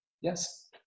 yes